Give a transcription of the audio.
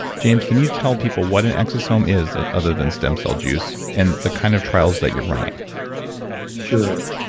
james, can you tell people what an exosome is other than stem cell juice and the kind of trials that you're running sure.